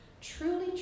truly